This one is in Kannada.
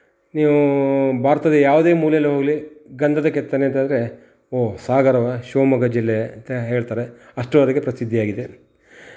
ನೀವು ಭಾರತದ ಯಾವುದೇ ಮೂಲೇಲಿ ಹೋಗಲಿ ಗಂಧದ ಕೆತ್ತನೆ ಅಂತ ಹೇಳಿದ್ರೆ ಓ ಸಾಗರವಾ ಶಿವಮೊಗ್ಗ ಜಿಲ್ಲೆಅಂತ ಹೇಳ್ತಾರೆ ಅಷ್ಟು ಅದಕ್ಕೆ ಪ್ರಸಿದ್ಧಿ ಆಗಿದೆ